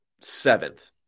Seventh